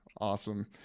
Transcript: Awesome